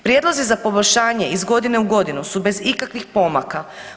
Prijedlozi za poboljšanje iz godine u godinu su bez ikakvih pomaka.